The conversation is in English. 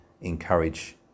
encourage